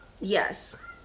yes